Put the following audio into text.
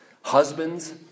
husbands